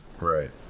Right